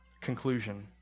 conclusion